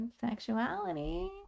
sexuality